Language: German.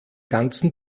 ganzen